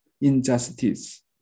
injustice